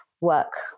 work